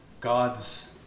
God's